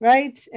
Right